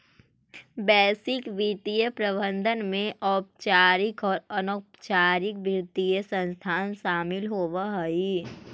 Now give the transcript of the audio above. वैश्विक वित्तीय प्रबंधन में औपचारिक आउ अनौपचारिक वित्तीय संस्थान शामिल होवऽ हई